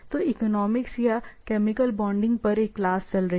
तो इकोनॉमिक्स या chemical bonding पर एक क्लास चल रही है